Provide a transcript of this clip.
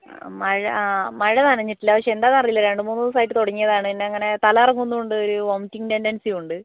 മഴ ആ മഴ നനഞ്ഞിട്ടില്ല പക്ഷേ എന്താന്ന് അറീല്ല രണ്ട് മൂന്ന് ദിവസമായിട്ട് തുടങ്ങിയതാണ് പിന്നെ അങ്ങനെ തലകറങ്ങുന്നും ഉണ്ട് ഒരു വോമിറ്റിംഗ് ടെൻഡൻസിയും ഉണ്ട്